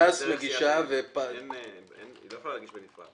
היא לא יכולה להגיש בנפרד.